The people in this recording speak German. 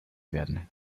werden